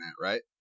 right